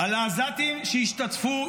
על העזתים שהשתתפו,